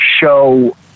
show